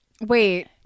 Wait